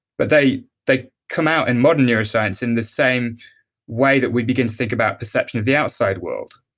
but they they come out in modern neuroscience in the same way that we begin to think about perception of the outside world.